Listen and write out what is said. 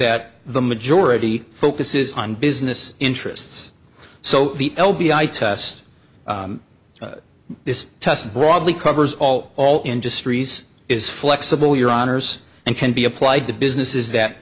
that the majority focuses on business interests so the l b i test this test broadly covers all all industries is flexible your honour's and can be applied to businesses that